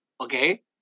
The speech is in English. Okay